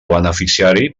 beneficiari